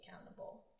accountable